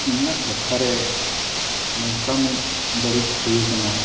ᱤᱧᱟᱹᱜ ᱴᱚᱴᱷᱟ ᱨᱮ ᱱᱚᱝᱠᱟ ᱢᱤᱫ ᱵᱟᱹᱲᱤᱡ ᱦᱩᱭ ᱠᱟᱱᱟ